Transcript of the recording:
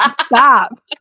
Stop